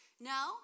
No